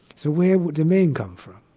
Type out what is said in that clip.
so where would the men come from?